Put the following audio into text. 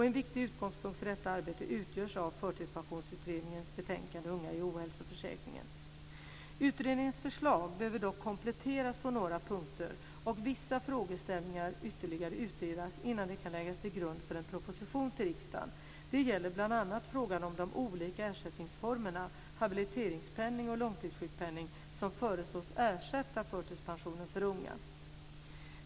En viktig utgångspunkt för detta arbete utgörs av Förtidspensionsutredningens betänkande Unga i ohälsoförsäkringen (SOU Utredningens förslag behöver dock kompletteras på några punkter och vissa frågeställningar ytterligare utredas innan det kan läggas till grund för en proposition till riksdagen. Det gäller bl.a. frågan om de olika ersättningsformerna habiliteringspenning och långtidssjukpenning, som föreslås ersätta förtidspensionen för unga.